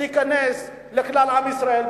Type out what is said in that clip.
להיכנס לכלל עם ישראל.